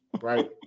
Right